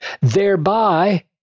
Thereby